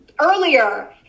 earlier